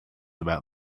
about